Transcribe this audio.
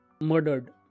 murdered